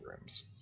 rooms